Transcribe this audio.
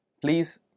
please